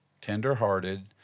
tenderhearted